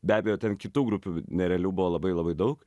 be abejo ten kitų grupių nerealių buvo labai labai daug